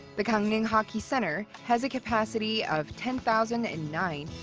the gangneung hockey center has a capacity of ten thousand and nine,